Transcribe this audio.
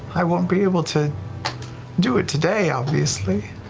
i won't be able to do it today, obviously.